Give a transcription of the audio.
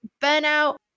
burnout